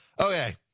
Okay